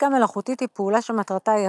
עסקה מלאכותית היא פעולה שמטרתה היא